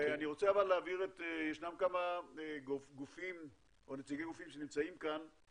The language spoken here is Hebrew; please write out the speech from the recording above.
אבל ישנם כמה גופים או נציגי גופים שנמצאים כאן,